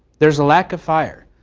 there's a lack of fire.